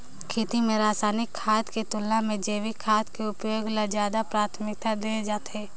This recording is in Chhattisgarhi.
खेती म रसायनिक खाद के तुलना म जैविक खेती के उपयोग ल ज्यादा प्राथमिकता देहे जाथे